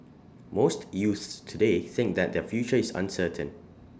most youths today think that their future is uncertain